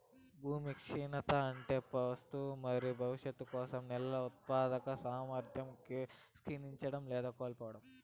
భూమి క్షీణత అంటే ప్రస్తుత మరియు భవిష్యత్తు కోసం నేలల ఉత్పాదక సామర్థ్యం క్షీణించడం లేదా కోల్పోవడం